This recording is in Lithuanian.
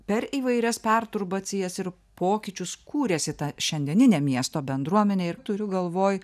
per įvairias perturbacijas ir pokyčius kūrėsi tą šiandieninė miesto bendruomenė ir turiu galvoj